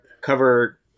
cover